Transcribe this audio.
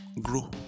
Grow